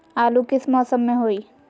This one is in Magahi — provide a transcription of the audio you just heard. आलू किस मौसम में होई?